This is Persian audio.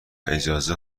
اجازه